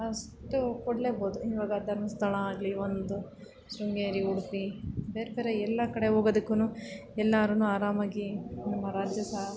ಅಷ್ಟು ಕೊಡಲೇಬೋದು ಇವಾಗ ಧರ್ಮಸ್ಥಳ ಆಗಲಿ ಒಂದು ಶೃಂಗೇರಿ ಉಡುಪಿ ಬೇರೆ ಬೇರೆ ಎಲ್ಲ ಕಡೆ ಹೋಗೋದಕ್ಕೂ ಎಲ್ಲರೂ ಆರಾಮಾಗಿ ನಮ್ಮ ರಾಜ್ಯ ಸಾ